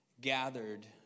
gathered